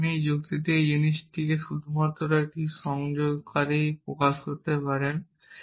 বা আপনি এই যুক্তিতে একই জিনিসটি শুধুমাত্র একটি সংযোগকারী দিয়ে প্রকাশ করতে পারেন